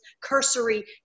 cursory